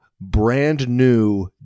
brand-new